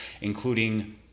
including